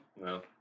No